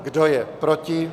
Kdo je proti?